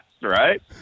right